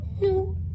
No